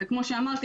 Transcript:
אמרה,